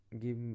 give